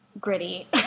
gritty